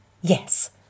Yes